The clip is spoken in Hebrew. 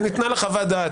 וניתנה לה חוות דעת,